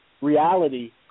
reality